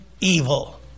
evil